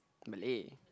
Malay